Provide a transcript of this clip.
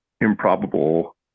improbable